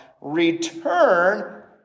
Return